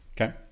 Okay